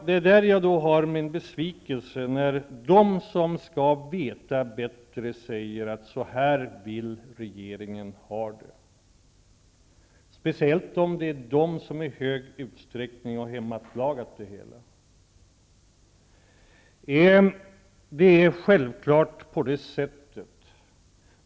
Där känner jag besvikelse över dem som skall veta bättre och som säger att det är så här regeringen vill ha det -- speciellt som det i stor utsträckning är dessa som har åstadkommit det hela.